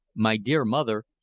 my dear mother,